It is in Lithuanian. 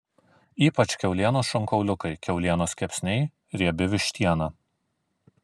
ypač kiaulienos šonkauliukai kiaulienos kepsniai riebi vištiena